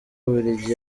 bubiligi